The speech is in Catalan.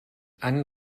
han